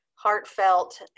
Heartfelt